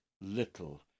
little